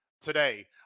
today